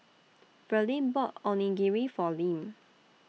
Verlin bought Onigiri For Lim